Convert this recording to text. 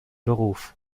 beruf